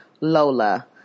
Lola